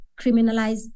criminalize